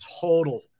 total